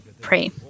pray